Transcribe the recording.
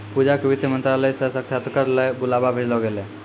पूजा क वित्त मंत्रालय स साक्षात्कार ल बुलावा भेजलो गेलै